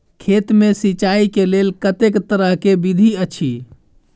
खेत मे सिंचाई के लेल कतेक तरह के विधी अछि?